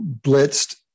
blitzed